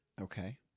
Okay